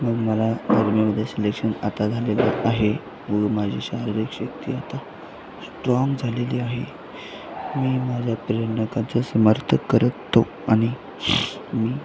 मग मला आर्मीमध्ये सिलेक्शन आता झालेलं आहे व माझी शारीरिक शक्ती आता स्ट्राँग झालेली आहे मी माझ्या प्रेरणाकाचा समर्थ करत होतो आणि मी